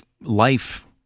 life